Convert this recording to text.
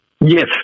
Yes